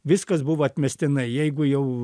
viskas buvo atmestinai jeigu jau